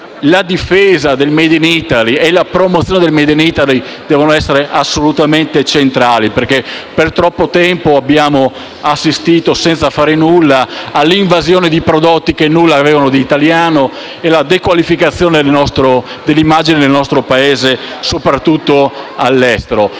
La difesa e la promozione del *made in Italy* devono essere assolutamente centrali, perché per troppo tempo abbiamo assistito senza fare nulla all'invasione di prodotti che nulla avevano di italiano e alla dequalificazione dell'immagine del nostro Paese, soprattutto all'estero.